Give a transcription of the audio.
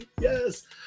yes